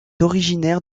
originaire